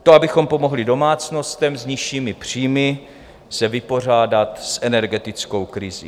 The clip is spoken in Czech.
To abychom pomohli domácnostem s nižšími příjmy vypořádat se s energetickou krizí.